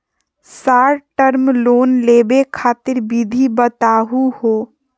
Short term loan लेवे खातीर विधि बताहु हो?